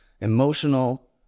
emotional